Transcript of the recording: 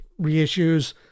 reissues